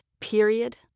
period